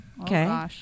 Okay